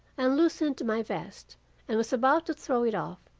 unloosened my vest and was about to throw it off,